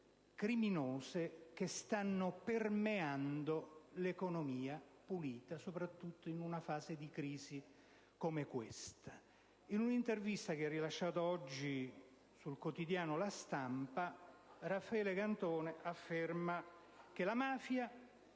criminose che stanno permeando l'economia pulita, soprattutto in una fase di crisi come l'attuale. In un'intervista che ha rilasciato oggi sul quotidiano «La Stampa», Raffaele Cantone afferma: «La mafia